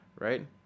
Right